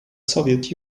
soviet